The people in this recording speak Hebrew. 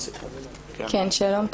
שלום.